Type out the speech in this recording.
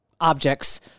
objects